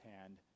hand